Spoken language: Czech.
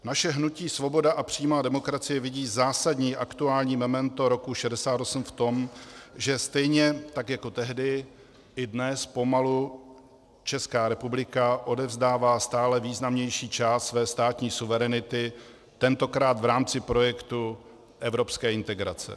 Naše hnutí Svoboda a přímá demokracie vidí zásadní aktuální memento roku 1968 v tom, že stejně tak jako tehdy, i dnes pomalu Česká republika odevzdává stále významnější část své státní suverenity, tentokrát v rámci projektu evropské integrace.